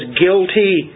guilty